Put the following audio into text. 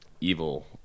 evil